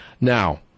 Now